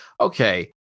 okay